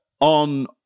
on